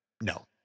no